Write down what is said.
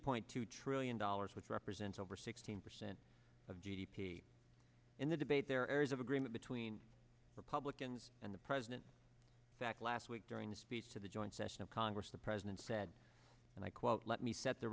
point two trillion dollars which represents over sixteen percent of g d p in the debate there are areas of agreement between republicans and the president back last week during his speech to the joint session of congress the president said and i quote let me set the